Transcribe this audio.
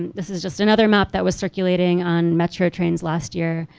and this is just another map that was circulating on metro trains last year.